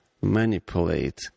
manipulate